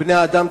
בני-האדם,